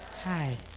Hi